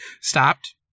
stopped